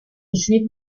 juif